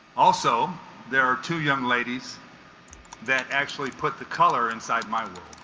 also there are two young ladies that actually put the color inside my world